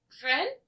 friend